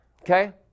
okay